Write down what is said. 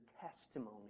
testimony